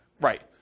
Right